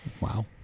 Wow